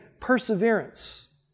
perseverance